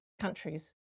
countries